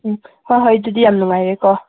ꯎꯝ ꯍꯣꯏ ꯍꯣꯏ ꯑꯗꯨꯗꯤ ꯌꯥꯝ ꯅꯨꯡꯉꯥꯏꯔꯦꯀꯣ